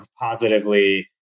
positively